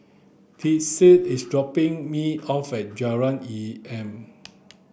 Lizeth is dropping me off at Jalan Enam